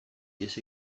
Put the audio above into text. ihes